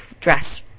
dress